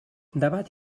debat